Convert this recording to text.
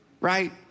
right